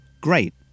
Great